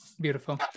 beautiful